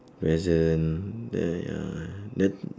present then ya ya then